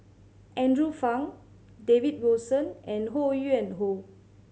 Andrew Phang David Wilson and Ho Yuen Hoe